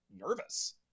nervous